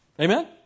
Amen